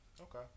Okay